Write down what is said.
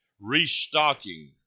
restocking